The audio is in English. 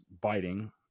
biting